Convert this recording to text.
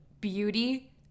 beauty